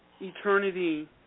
eternity